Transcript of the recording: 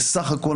בסך הכול,